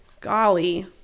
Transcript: golly